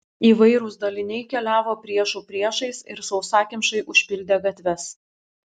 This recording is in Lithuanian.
įvairūs daliniai keliavo priešų priešais ir sausakimšai užpildė gatves